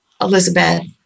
Elizabeth